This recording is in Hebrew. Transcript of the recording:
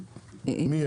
מי?